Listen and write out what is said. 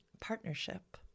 partnership